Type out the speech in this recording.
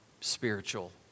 spiritual